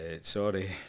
sorry